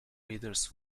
readers